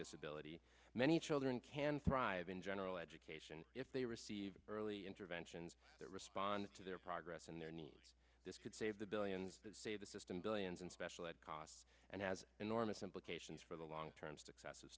disability many children can thrive in general education if they receive early interventions that responds to their progress and their needs this could save the billions to save the system billions in special ed costs and has enormous implications for the long term success